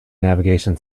navigation